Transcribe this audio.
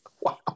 Wow